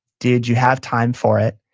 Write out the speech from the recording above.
did you have time for it?